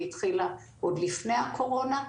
היא התחילה עוד לפני הקורונה,